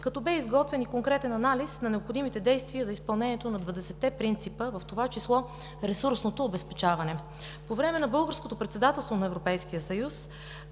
като бе изготвен и конкретен анализ на необходимите действия за изпълнението на 20-те принципа, в това число ресурсното обезпечаване. По време на Българското председателство на Европейския съюз